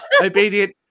obedient